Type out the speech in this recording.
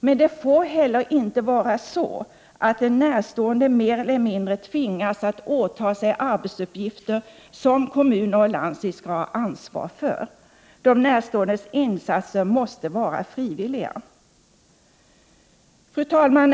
Men det får heller inte vara så att en närstående mer eller mindre tvingas att åta sig arbetsuppgifter som kommuner och landsting skall ha ansvar för. De närståendes vårdinsatser måste vara frivilliga. Fru talman!